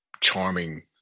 charming